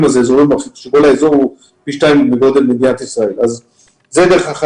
יכול להיות שזה בסדר וזה אותו דבר,